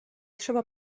trzeba